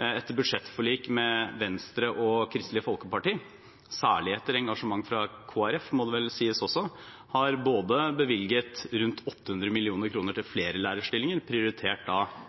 etter budsjettforlik med Venstre og Kristelig Folkeparti – særlig etter engasjement fra Kristelig Folkeparti, må det vel også sies – har bevilget rundt 800 mill. kr til flere lærerstillinger og prioritert